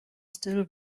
still